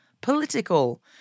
political